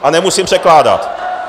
A nemusím překládat.